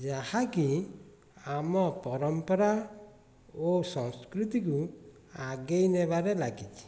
ଯାହାକି ଆମ ପରମ୍ପରା ଓ ସଂସ୍କୃତିକୁ ଆଗେଇ ନେବାରେ ଲାଗିଛି